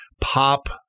pop